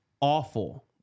awful